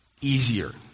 easier